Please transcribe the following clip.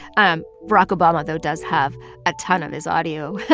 um barack obama, though, does have a ton on his audio,